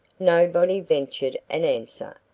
nobody ventured an answer,